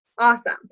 Awesome